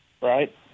right